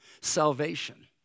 salvation